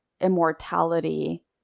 immortality